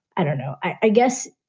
i don't know, i guess.